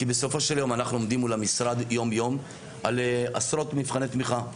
בסופו של יום אנחנו עומדים מול המשרד יום-יום על עשרות מבחני תמיכה.